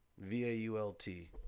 V-A-U-L-T